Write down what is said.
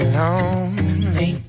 lonely